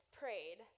prayed